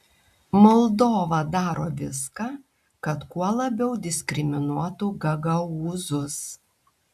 moldova daro viską kad kuo labiau diskriminuotų gagaūzus